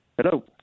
Hello